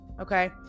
Okay